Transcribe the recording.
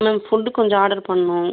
ma'am food கொஞ்சம் order பண்ணணும்